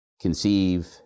conceive